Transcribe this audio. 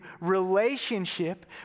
relationship